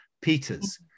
Peters